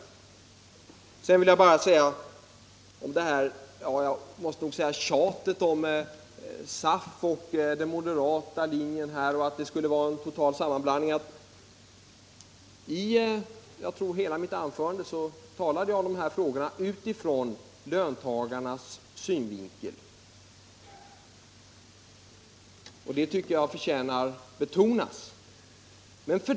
När det gäller tjatet om SAF och den moderata linjen — det är en total sammanblandning — vill jag säga att jag i hela mitt anförande talade om dessa frågor ur löntagarnas synvinkel. Det tycker jag förtjänar att betonas.